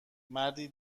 مردی